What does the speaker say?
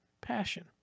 Passion